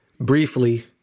briefly